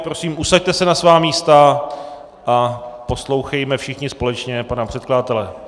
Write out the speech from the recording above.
Prosím, usaďte se na svá místa a poslouchejme všichni společně pana předkladatele.